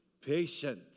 patient